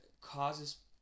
causes